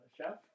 chef